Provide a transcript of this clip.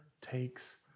takes